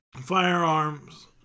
firearms